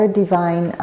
divine